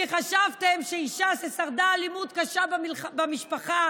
כי חשבתם שאישה ששרדה אלימות קשה במשפחה